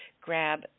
grab